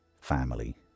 family